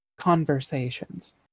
conversations